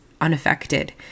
unaffected